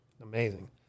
Amazing